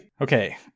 Okay